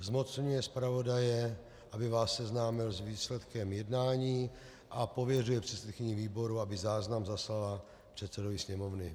Zmocňuje zpravodaje, aby vás seznámil s výsledkem jednání, a pověřuje předsedkyni výboru, aby záznam zaslala předsedovi Sněmovny.